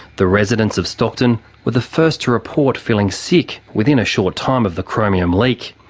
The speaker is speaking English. the residents of stockton were the first to report feeling sick, within a short time of the chromium leak,